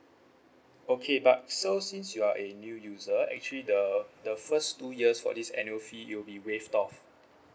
okay but so since you are a new user actually the the first two years for this annual fee it will be waived off